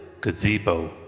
gazebo